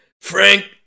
Frank